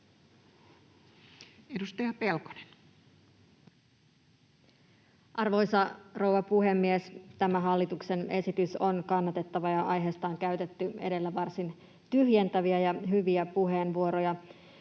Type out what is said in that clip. Edustaja Pelkonen. Arvoisa rouva puhemies! Hallituksen esitys on kannatettava, ja aiheesta on käytetty edellä varsin tyhjentäviä ja hyviä puheenvuoroja.